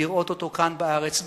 לראות אותו כאן בארץ.